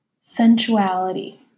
sensuality